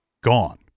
gone